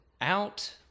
out